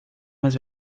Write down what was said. mais